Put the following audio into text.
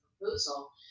proposal